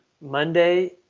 Monday